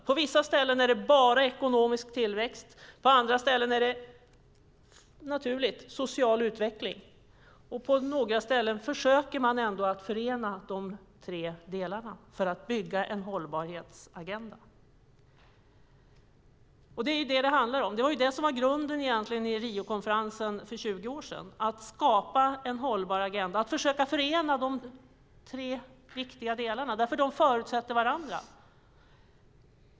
På vissa ställen är det bara ekonomisk tillväxt. På andra ställen är det, naturligt nog, social utveckling. På några ställen försöker man ändå förena de tre delarna för att bygga en hållbarhetsagenda. Det är detta det handlar om. Det var det som egentligen var grunden i Riokonferensen för 20 år sedan: att skapa en hållbar agenda och att försöka förena de tre viktiga delarna, för de förutsätter varandra.